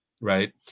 right